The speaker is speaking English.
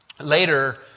later